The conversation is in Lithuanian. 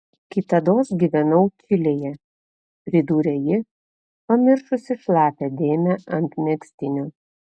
kitados gyvenau čilėje pridūrė ji pamiršusi šlapią dėmę ant megztinio